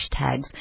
hashtags